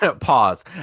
pause